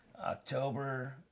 October